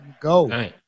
go